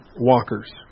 walkers